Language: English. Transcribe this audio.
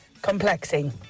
Complexing